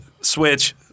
Switch